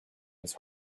his